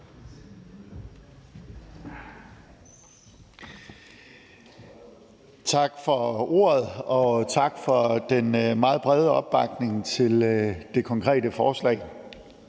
Tak for ordet. Og tak for den meget brede opbakning til det konkrete forslag.